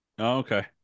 Okay